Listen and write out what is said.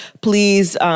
please